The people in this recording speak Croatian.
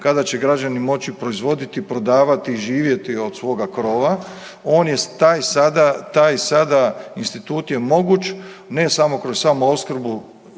kada će građani moći proizvoditi, prodavati i živjeti od toga krova. On je taj sada, taj sada institut je moguć ne samo kroz samu opskrbu